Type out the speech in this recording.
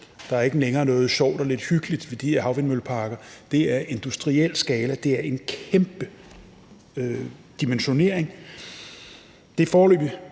Der er ikke længere noget sjovt og lidt hyggeligt ved de her havvindmølleparker. Det er i industriel skala; det er en kæmpe dimensionering. Det er foreløbig